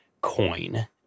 coin